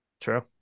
True